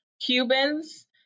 cubans